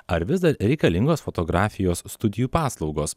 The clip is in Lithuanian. ar vis dar reikalingos fotografijos studijų paslaugos